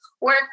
work